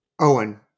Owen